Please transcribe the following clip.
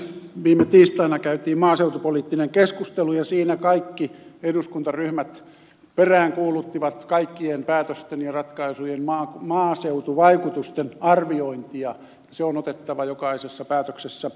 viime tiistaina käytiin maaseutupoliittinen keskustelu ja siinä kaikki eduskuntaryhmät peräänkuuluttivat kaikkien päätösten ja ratkaisujen maaseutuvaikutusten arviointia että se on otettava jokaisessa päätöksessä mukaan